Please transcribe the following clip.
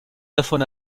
davon